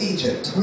Egypt